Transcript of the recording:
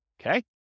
Okay